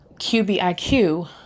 QBIQ